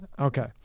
Okay